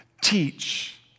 teach